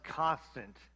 constant